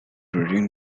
reading